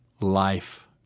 Life